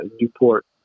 Newport